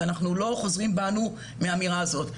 ואנחנו לא חוזרים בנו מהאמירה הזאת.